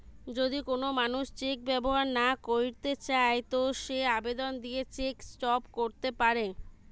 যদি কোন মানুষ চেক ব্যবহার না কইরতে চায় তো সে আবেদন দিয়ে চেক স্টপ ক্যরতে পারে